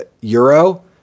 Euro